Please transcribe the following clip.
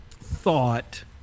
thought